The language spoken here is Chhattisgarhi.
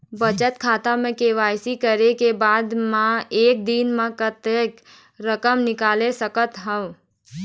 बचत खाता म के.वाई.सी करे के बाद म एक दिन म कतेक रकम निकाल सकत हव?